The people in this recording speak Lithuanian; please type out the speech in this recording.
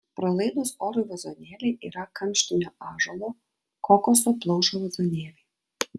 pralaidūs orui vazonėliai yra kamštinio ąžuolo kokoso plaušo vazonėliai